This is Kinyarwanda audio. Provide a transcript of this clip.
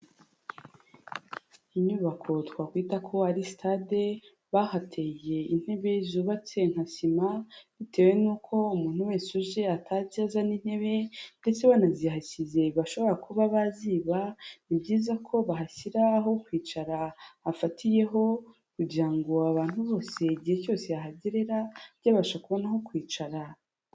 Inyubako twakwita ko ari sitade bahateye intebe zubatse nka sima bitewe n'uko umuntu wese uje atajya azana intebe, ndetse banazihashyize bashobora kuba baziba ni byiza ko bahashyira aho kwicara afatiyeho, kugira ngo abantu bose igihe cyose yahagererira byabasha kubona aho kwicara.